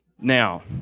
Now